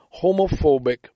homophobic